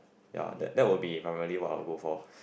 ya that that will be primary will I go for